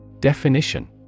Definition